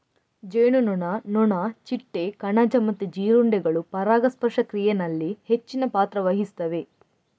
ಜೇನುನೊಣ, ನೊಣ, ಚಿಟ್ಟೆ, ಕಣಜ ಮತ್ತೆ ಜೀರುಂಡೆಗಳು ಪರಾಗಸ್ಪರ್ಶ ಕ್ರಿಯೆನಲ್ಲಿ ಹೆಚ್ಚಿನ ಪಾತ್ರ ವಹಿಸ್ತವೆ